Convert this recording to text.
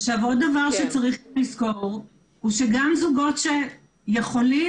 עוד דבר שצריך לזכור הוא שגם זוגות שיכולים